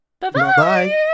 Bye-bye